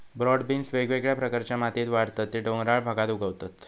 broad beans वेगवेगळ्या प्रकारच्या मातीत वाढतत ते डोंगराळ भागात उगवतत